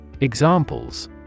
Examples